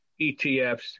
ETFs